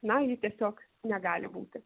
na ji tiesiog negali būti